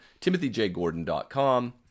timothyjgordon.com